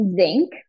zinc